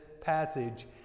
passage